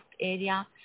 area